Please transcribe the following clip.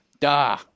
Duh